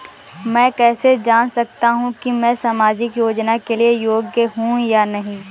मैं कैसे जान सकता हूँ कि मैं सामाजिक योजना के लिए योग्य हूँ या नहीं?